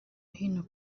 hino